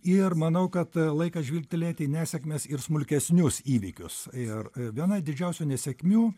ir manau kad laikas žvilgtelėti į nesėkmes ir smulkesnius įvykius ir viena didžiausių nesėkmių